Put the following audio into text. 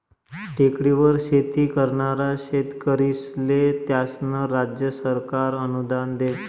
टेकडीवर शेती करनारा शेतकरीस्ले त्यास्नं राज्य सरकार अनुदान देस